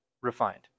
refined